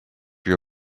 your